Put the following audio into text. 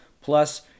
Plus